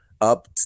up